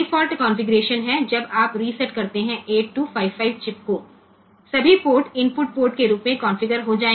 તેથી જ્યારે આપણે 8255 ચિપ રીસેટ કરીએ છીએ ત્યારે આ ડિફોલ્ટ કન્ફિગ્યુરેશન હોય છે અને બધા પોર્ટ્સ ઇનપુટ પોર્ટ તરીકે કન્ફિગ્યુર કરેલ હોય છે